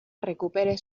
recupere